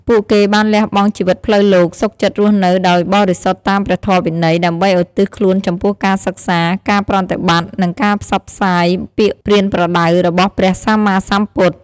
ពួកគេបានលះបង់ជីវិតផ្លូវលោក សុខចិត្តរស់នៅដោយបរិសុទ្ធតាមព្រះធម៌វិន័យ ដើម្បីឧទ្ទិសខ្លួនចំពោះការសិក្សា ការប្រតិបត្តិ និងការផ្សព្វផ្សាយពាក្យប្រៀនប្រដៅរបស់ព្រះសម្មាសម្ពុទ្ធ។